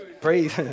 Praise